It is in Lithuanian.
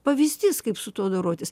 pavyzdys kaip su tuo dorotis